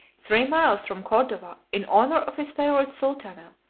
three miles from cordova, in honor of his favorite sultana,